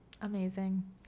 Amazing